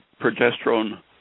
Progesterone